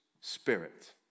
spirit